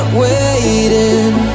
waiting